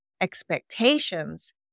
expectations